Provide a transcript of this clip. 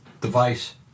device